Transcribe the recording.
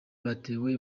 batewe